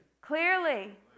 Clearly